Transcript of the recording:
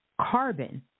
carbon